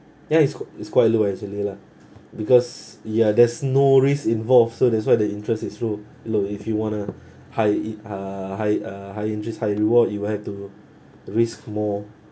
ya it's q~ it's quite low actually lah because ya there's no risk involved so that's why the interest is low low if you want a high i~ uh high uh high interest high reward you will have to risk more